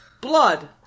Blood